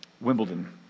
Wimbledon